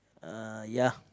uh ya